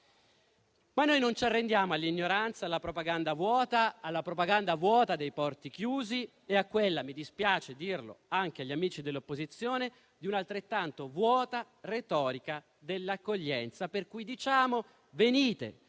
però non ci arrendiamo all'ignoranza, alla propaganda vuota dei porti chiusi e a quella - mi dispiace dirlo anche agli amici dell'opposizione - di un'altrettanto vuota retorica dell'accoglienza, per cui diciamo "venite,